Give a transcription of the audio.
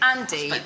Andy